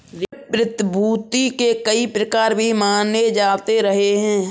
ऋण प्रतिभूती के कई प्रकार भी माने जाते रहे हैं